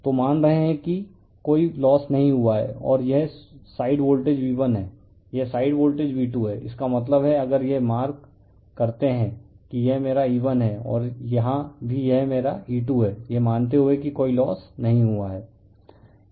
तो मान रहे हैं कि कोई लोस नहीं हुआ है और यह साइड वोल्टेज V1 है यह साइड वोल्टेज V2 है इसका मतलब है अगर यह मार्क करते है कि यह मेरा E1 है और यहां भी यह मेरा E2 है यह मानते हुए कि कोई लोस नहीं हुआ है